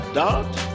doubt